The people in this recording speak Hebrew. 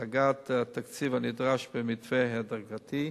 להשגת התקציב הנדרש במתווה הדרגתי.